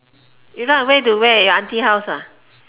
you run ran to where your auntie house ah